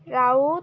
Raut